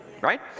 right